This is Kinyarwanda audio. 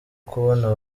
kubona